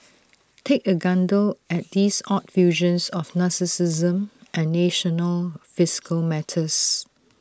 take A gander at these odd fusions of narcissism and national fiscal matters